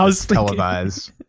televised